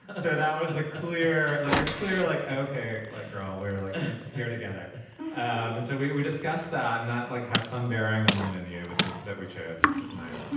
so that was the clear like ah clear clear like ok like girl we're like here together and so we we discussed that and that like had some bearing on the menu which was that we chose nice